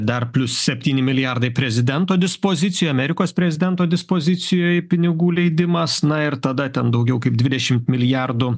dar plius septyni milijardai prezidento dispozicijoj amerikos prezidento dispozicijoj pinigų leidimas na ir tada ten daugiau kaip dvidešimt milijardų